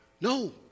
no